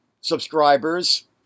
subscribers